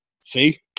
See